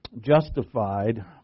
justified